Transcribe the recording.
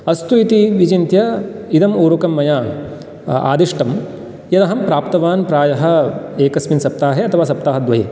अस्तु इति विचिन्त्य इदम् ऊरुकं मया आदिष्टं यदहं प्राप्तवान् प्रायः एकस्मिन् सप्ताहे अथवा सप्ताहद्वये